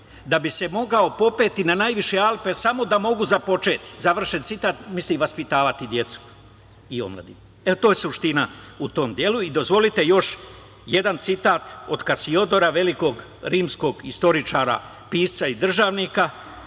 da bi se mogao popeti na najviše Alpe samo da mogu započeti“, misli vaspitavati decu i omladinu. E, to je suština u tom delu. Dozvolite još jedan citat od Kasiodora, velikog rimskog istoričara, pisca i državnika